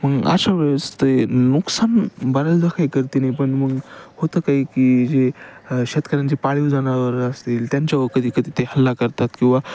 मग अशा वेळेस ते नुकसान बऱ्याचदा काही करते नाही पण मग होतं काही की जे शेतकऱ्यांचे पाळीव जनावर असतील त्यांच्यावर कधी कधी ते हल्ला करतात किंवा